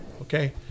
okay